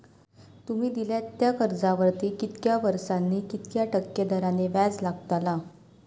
तुमि दिल्यात त्या कर्जावरती कितक्या वर्सानी कितक्या टक्के दराने व्याज लागतला?